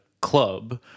club